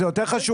זה יותר חשוב.